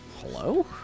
Hello